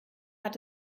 hat